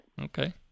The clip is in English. Okay